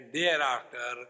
thereafter